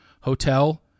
hotel